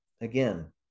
Again